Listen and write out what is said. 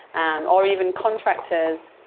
and or even contractors,